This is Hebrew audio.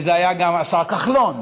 וזה היה גם השר כחלון,